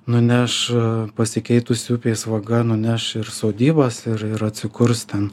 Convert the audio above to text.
nuneš pasikeitusi upės vaga nuneš ir sodybas ir ir atsikurs ten